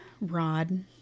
Rod